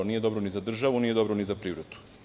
Nije dobro ni za državu, nije dobro ni za privredu.